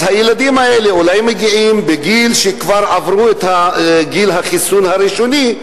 אז הילדים האלה אולי מגיעים בגיל שכבר עברו את גיל החיסון הראשוני,